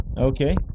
Okay